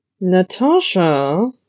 Natasha